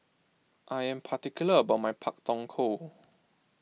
I am particular about my Pak Thong Ko